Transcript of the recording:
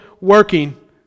working